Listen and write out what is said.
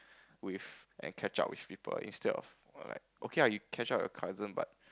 with and catch up with people instead of err like okay lah you catch up with your cousin but